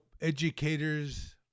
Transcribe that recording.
educators